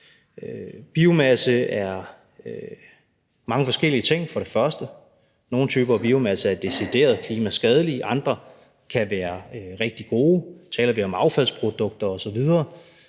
Biomasse er mange forskellige ting – nogle typer af biomasse er decideret klimaskadelige, andre kan være rigtig gode; nu taler vi om affaldsprodukter osv.,